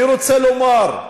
אני רוצה לומר: